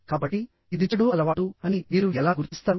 కాబట్టి ఇది చెడు అలవాటు అని మీరు ఎలా గుర్తిస్తారు